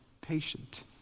patient